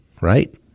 right